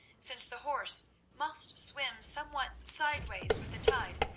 since the horse must swim somewhat sideways with the tide,